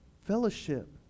Fellowship